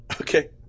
Okay